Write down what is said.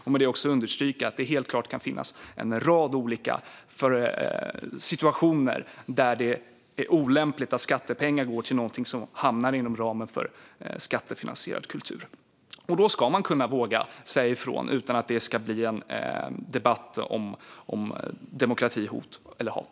Jag vill också understryka att det helt klart kan finnas en rad olika situationer där det är olämpligt att skattepengar går till något som hamnar inom ramen för skattefinansierad kultur. Då ska man våga säga ifrån utan att det ska bli en debatt om demokrati, hot och hat.